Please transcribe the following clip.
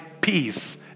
peace